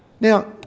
Now